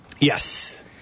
Yes